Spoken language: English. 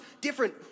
different